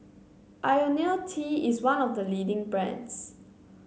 IoniL T is one of the leading brands